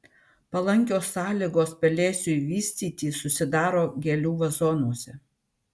palankios sąlygos pelėsiui vystytis susidaro gėlių vazonuose